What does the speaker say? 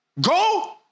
go